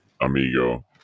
amigo